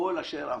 כל אשר אמרתי,